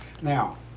now